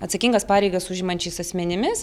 atsakingas pareigas užimančiais asmenimis